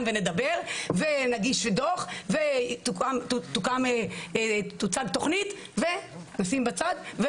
ונדבר ונגיש דוח ותוצג תוכנית ונשים בצד.